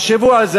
תחשבו על זה,